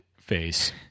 face